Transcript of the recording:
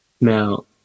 Now